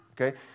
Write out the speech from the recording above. Okay